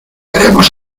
queremos